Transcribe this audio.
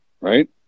Right